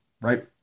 right